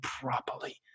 properly